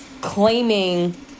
claiming